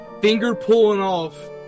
finger-pulling-off